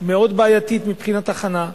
ומאוד בעייתית מבחינת הכנה.